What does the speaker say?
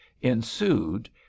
ensued